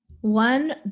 one